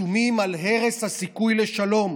חתומים על הרס הסיכוי לשלום,